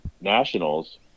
nationals